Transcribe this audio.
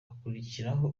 hakurikiraho